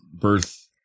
birth